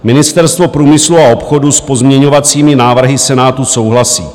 Ministerstvo průmyslu a obchodu s pozměňovacími návrhy Senátu souhlasí.